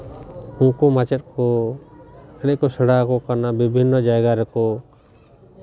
ᱩᱱᱠᱩ ᱢᱟᱪᱮᱫ ᱠᱚ ᱮᱱᱮᱡ ᱠᱚ ᱥᱮᱬᱟ ᱟᱠᱚ ᱠᱟᱱᱟ ᱵᱤᱵᱷᱤᱱᱱᱚ ᱡᱟᱭᱜᱟ ᱨᱮᱠᱚ